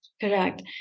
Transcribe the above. Correct